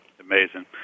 Amazing